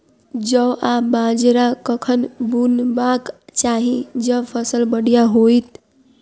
जौ आ बाजरा कखन बुनबाक चाहि जँ फसल बढ़िया होइत?